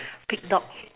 pig dog